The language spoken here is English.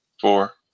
four